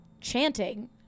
chanting